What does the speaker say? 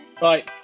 Bye